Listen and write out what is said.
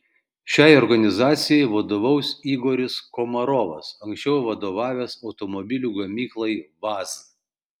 šiai organizacijai vadovaus igoris komarovas anksčiau vadovavęs automobilių gamyklai vaz